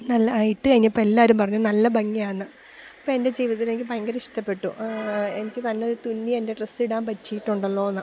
നല്ല ആ ഇട്ടു കഴിഞ്ഞപ്പോൾ എല്ലാവരും പറഞ്ഞു നല്ല ഭംഗിയാണെന്ന് അപ്പോൾ എൻ്റെ ജീവിതത്തിൽ എനിക്ക് ഭയങ്കര ഇഷ്ടപ്പെട്ടു എനിക്ക് നല്ലൊരു തുന്നി എൻ്റെ ഡ്രസ്സ് ഇടാൻ പറ്റിയിട്ടുണ്ടല്ലോയെന്ന്